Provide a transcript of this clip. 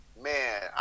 Man